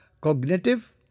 cognitive